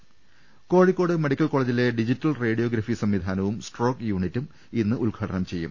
ദർവ്വെടെട Kozhikode medical കോളജിലെ digital radiography സംവി ധാനവും സ്ട്രോക്ക് യൂണിറ്റും ഇന്ന് ഉദ്ഘാടനം ചെയ്യും